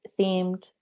themed